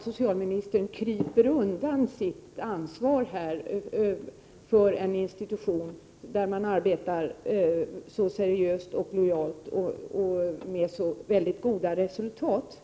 Socialministern kryper undan sitt ansvar för en institution där man arbetar så seriöst, lojalt och med så goda resultat.